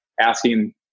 asking